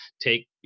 Take